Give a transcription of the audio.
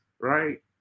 right